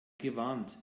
gewarnt